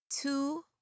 two